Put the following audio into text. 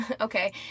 Okay